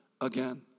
again